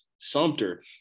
Sumter